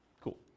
cool